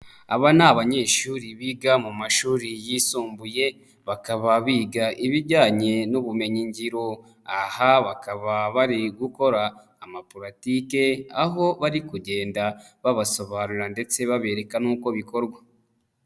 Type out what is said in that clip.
Aba ni abanyeshuri biga mu mashuri yisumbuye, bakaba biga ibijyanye n'ubumenyingiro. Aha bakaba bari gukora amapuritike, aho bari kugenda babasobanurira ndetse babereka n'uko bikorwa.